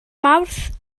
mawrth